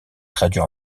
traduit